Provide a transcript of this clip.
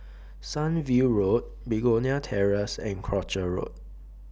Sunview Road Begonia Terrace and Croucher Road